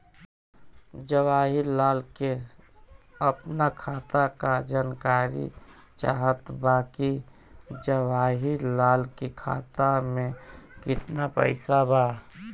जवाहिर लाल के अपना खाता का जानकारी चाहत बा की जवाहिर लाल के खाता में कितना पैसा बा?